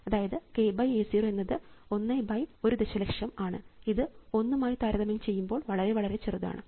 അതായത് k A 0 എന്നത് 1 1000000 ആണ് ഇത് ഒന്നും ആയി താരതമ്യം ചെയ്യുമ്പോൾ വളരെ വളരെ ചെറുതാണ്